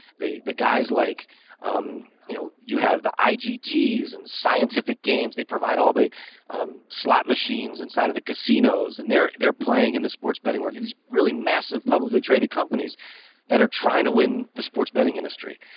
the the guys like you know, you have the eye gts and scientific games. they provide all the um slot machines inside of the casinos, and they're they're playing in the sports betting where he was really massive, publicly traded companies that are trying to win the sports betting industry.